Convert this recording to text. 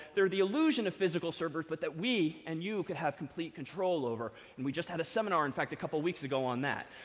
they're the illusion of physical servers, but that we, and you, could have complete control over. and we just had a seminar, in fact, a couple weeks ago on that.